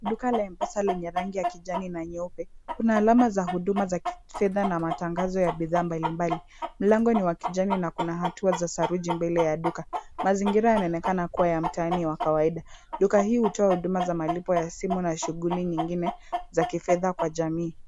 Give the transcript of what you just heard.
Duka la m-pesa lenye rangi ya kijani na nyeupe. Kuna alama za huduma za kifedha na matangazo ya bidhaa mbalimbali. Mlango ni wa kijani na kuna hatua za saruji mbele ya duka. Mazingira yanaonekana kuwa ya mtaani wa kawaida. Duka hii hutoa huduma za malipo ya simu na shughuli nyingine za kifedha kwa jamii.